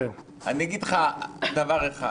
אני אגיד לך דבר אחד